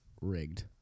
rigged